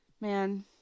Man